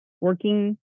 working